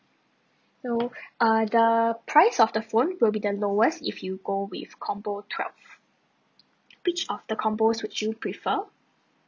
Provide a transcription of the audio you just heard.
so uh the price of the phone will be the lowest if you go with combo twelve which of the combos would you prefer